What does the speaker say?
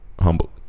humble